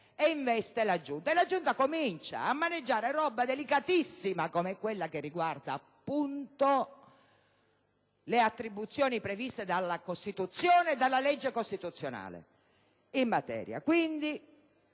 e investe la Giunta, che comincia a maneggiare aspetti delicatissimi come quelli che riguardano, appunto, le attribuzioni previste dalla Costituzione e dalla legge costituzionale in materia. Quindi,